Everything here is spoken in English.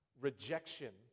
rejection